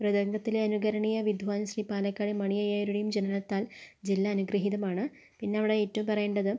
മൃദംഗത്തിലെ അനുകരണീയ വിദ്വാൻ ശ്രീ പാലക്കാട് മണി അയ്യരുടേയും ജനനത്താൽ ജില്ല അനുഗൃഹീതമാണ് പിന്നവിടെ ഏറ്റവും പറയണ്ടത്